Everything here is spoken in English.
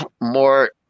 more